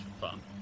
fun